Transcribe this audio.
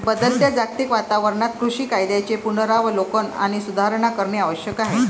बदलत्या जागतिक वातावरणात कृषी कायद्यांचे पुनरावलोकन आणि सुधारणा करणे आवश्यक आहे